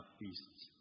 beasts